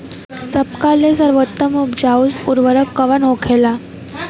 सबका ले सर्वोत्तम उपजाऊ उर्वरक कवन होखेला?